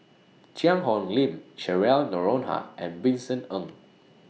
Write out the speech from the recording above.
Cheang Hong Lim Cheryl Noronha and Vincent Ng